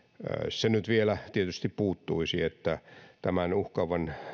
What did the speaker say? se nyt vielä puuttuisi että tämän uhkaavan